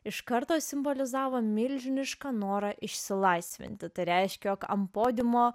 iš karto simbolizavo milžinišką norą išsilaisvinti tai reiškia jog ant podiumo